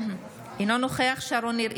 אינו נוכח שרון ניר,